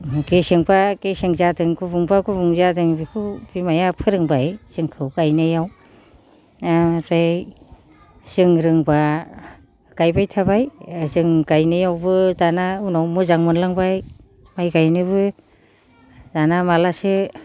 गेसेंबा गेसें जादों गुबुंबा गुबुं जादों बेखौ बिमाया फोरोंबाय जोंखौ गायनायाव ओमफ्राय जों रोंबा गायबाय थाबाय जों गायनायावबो दाना उनाव मोजां मोनलांबाय माय गायनोबो दाना मालासो